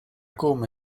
come